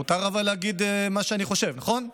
מותר להגיד מה שאני חושב, נכון?